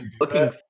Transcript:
looking